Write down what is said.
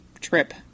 trip